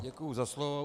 Děkuju za slovo.